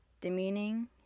demeaning